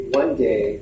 one-day